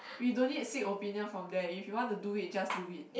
we don't need to seek opinion from them if you want to do it just do it